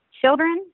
children